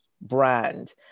brand